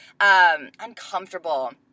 uncomfortable